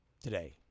today